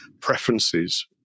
preferences